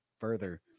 further